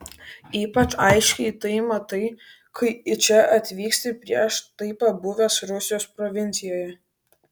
ypač aiškiai tai matai kai į čia atvyksti prieš tai pabuvęs rusijos provincijoje